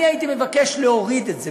אני הייתי מבקש להוריד את זה,